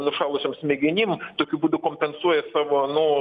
nušalusiom smegenim tokiu būdu kompensuoja savo nu